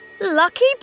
Lucky